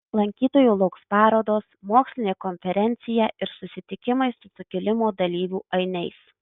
lankytojų lauks parodos mokslinė konferencija ir susitikimai su sukilimo dalyvių ainiais